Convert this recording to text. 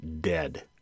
dead